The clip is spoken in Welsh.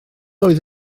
oedd